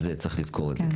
צריך לזכור את זה.